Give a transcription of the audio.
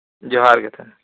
ᱡᱚᱦᱟᱨ ᱜᱮ ᱛᱟᱦᱞᱮ ᱦᱮᱸ